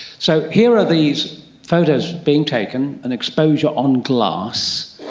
so here are these photos being taken, an exposure on glass.